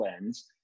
lens